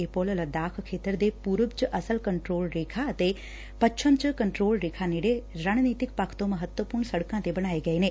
ਇਹ ਪੁਲ ਲੱਦਾਖ ਖੇਤਰ ਦੇ ਪੁਰਬ ਚ ਅਸਲ ਕੰਟਰੋਲ ਰੇਖਾ ਅਤੇ ਪੱਛਮ ਚ ਕੰਟਰੋਲ ਰੇਖਾ ਨੇੜੇ ਰਣਨੀਤਿਕ ਪੱਖ ਤੋਂ ਮਹੱਤਵਪੁਰਨ ਸਤਕਾਂ ਤੇ ਬਣਾਏ ਗਏ ਨੇ